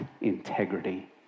integrity